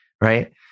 right